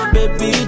Baby